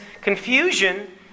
confusion